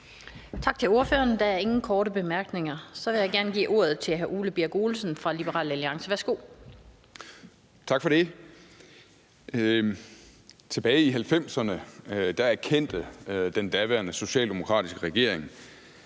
Tak til ordføreren. Der er ingen korte bemærkninger. Så vil jeg gerne give ordet til hr. Ole Birk Olesen fra Liberal Alliance. Værsgo. Kl. 16:59 (Ordfører) Ole Birk Olesen (LA): Tak for det. Tilbage i 1990'erne erkendte den daværende socialdemokratiske regering,